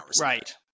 Right